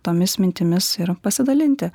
tomis mintimis ir pasidalinti